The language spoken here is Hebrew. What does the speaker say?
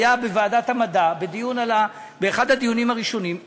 היה בוועדת המדע באחד הדיונים הראשונים.